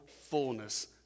fullness